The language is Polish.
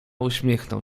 uśmiechnął